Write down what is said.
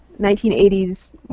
1980s